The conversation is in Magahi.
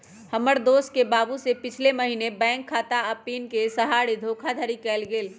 हमर दोस के बाबू से पिछले महीने बैंक खता आऽ पिन के सहारे धोखाधड़ी कएल गेल